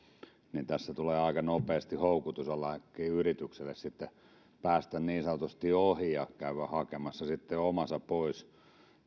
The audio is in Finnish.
niin tässä tulee aika nopeasti houkutus jollekin yritykselle päästä niin sanotusti ohi ja käydä hakemassa omansa pois